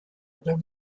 over